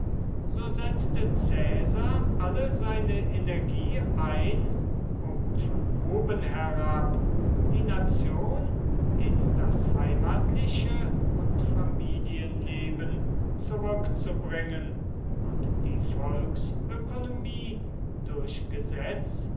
so setzte caesar alle seine energie ein um von oben herab die nation in das heimatliche und familienleben zurückzubringen und die volksökonomie durch gesetz